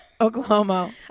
Oklahoma